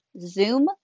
Zoom